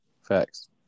facts